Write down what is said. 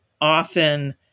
often